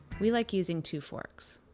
we like using two forks.